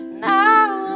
now